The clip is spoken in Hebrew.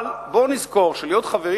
אבל בואו נזכור שלהיות חברים